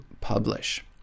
publish